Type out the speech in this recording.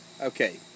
Okay